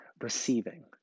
receiving